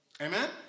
Amen